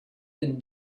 been